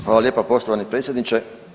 Hvala lijepa poštovani predsjedniče.